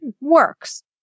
works